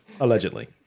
Allegedly